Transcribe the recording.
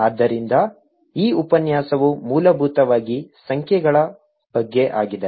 ಆದ್ದರಿಂದ ಈ ಉಪನ್ಯಾಸವು ಮೂಲಭೂತವಾಗಿ ಸಂಖ್ಯೆಗಳ ಬಗ್ಗೆ ಆಗಿದೆ